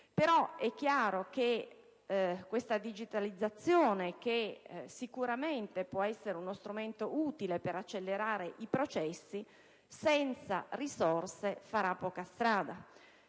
però, che questa digitalizzazione, che sicuramente può essere uno strumento utile per accelerare i processi, senza risorse farà poca strada.